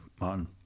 Martin